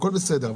הכול בסדר,